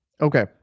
Okay